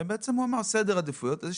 הוא בעצם אמר שיש פה